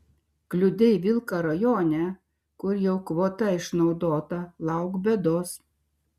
kliudei vilką rajone kur jau kvota išnaudota lauk bėdos